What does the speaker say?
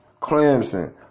Clemson